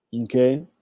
Okay